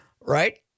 Right